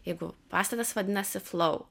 jeigu pastatas vadinasi flau